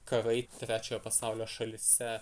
karai trečiojo pasaulio šalyse